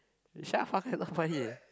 not funny eh